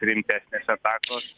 rimtesnės atakos